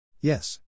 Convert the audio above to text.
Yes